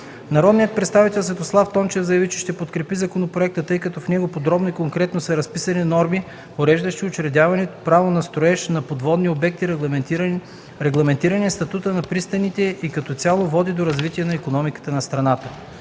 Народният представител Светослав Тончев също заяви, че ще подкрепи законопроекта, тъй като в него подробно и коректно са разписани норми, уреждащи учредяване право на строеж на подводни обекти, регламентиран е статутът на пристаните и като цяло води до развитие на икономиката на страната.